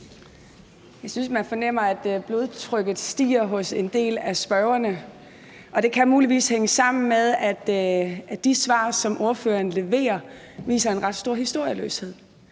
Jeg synes, man fornemmer, at blodtrykket stiger hos en del af spørgerne, og det kan muligvis hænge sammen med, at de svar, som ordføreren leverer, viser en ret stor historieløshed.